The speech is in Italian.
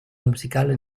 musicale